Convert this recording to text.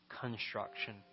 construction